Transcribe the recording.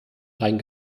rein